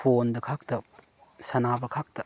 ꯐꯣꯟꯗ ꯈꯛꯇ ꯁꯥꯟꯅꯕ ꯈꯛꯇ